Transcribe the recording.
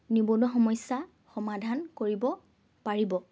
নিবনুৱা সমস্যা সমাধান কৰিব পাৰিব